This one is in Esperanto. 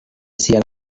sia